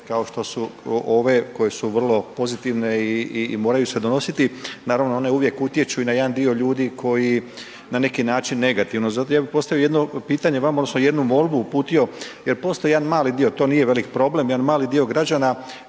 kao što su ove koje su vrlo pozitivne i moraju se donositi, naravno one uvijek utječu i na jedan dio ljudi koji na neki način negativno. Zato bih ja vama postavio jedno pitanje odnosno jednu molbu uputio jel postoji jedan mali dio, to nije velik problem, jedan mali dio građana